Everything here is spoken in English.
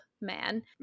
man